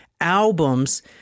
albums